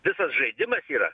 visas žaidimas yra